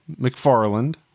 McFarland